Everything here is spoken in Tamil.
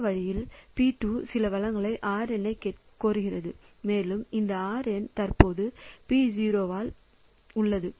இந்த வழியில் இது P2 சில வள R n ஐக் கோருகிறது மேலும் இந்த R n தற்போது P0 ஆல் உள்ளது